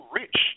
rich